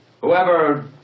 Whoever